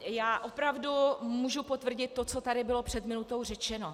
Já opravdu mohu potvrdit to, co tady bylo před minutou řečeno.